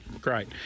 Great